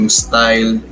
style